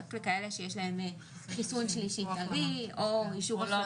רק לכאלה שיש להם חיסון שלישי טרי או אישור החלמה,